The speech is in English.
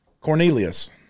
Cornelius